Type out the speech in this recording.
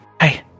Hey